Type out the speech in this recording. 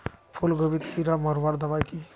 फूलगोभीत कीड़ा मारवार दबाई की?